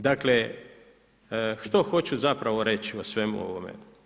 Dakle što hoću zapravo reći o svemu ovome?